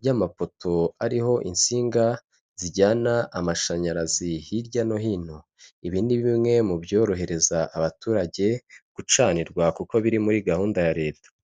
by'amapoto hariho insinga zijyana amashanyarazi hirya no hino, ibi ni bimwe mu byorohereza abaturage gucanirwa kuko biri muri gahunda ya leta.